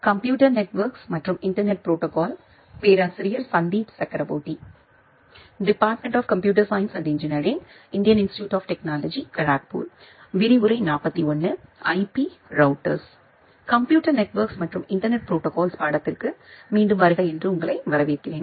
computer networks மற்றும் internet protocols பாடத்திற்கு மீண்டும் வருக என்று உங்களை வரவேற்கிறேன்